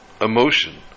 emotion